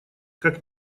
как